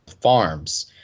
farms